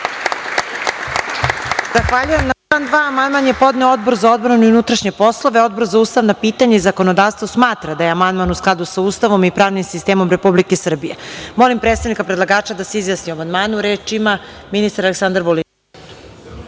Zahvaljujem. Na član 2. amandman je podneo Odbor za odbranu i unutrašnje poslove. Odbor za ustavna pitanja i zakonodavstvo smatra da je amandman u skladu sa Ustavom i pravnim sistemom Republike Srbije. Molim predstavnika predlagača da se izjasni o amandmanu. Reč ima ministar Aleksandar Vulin.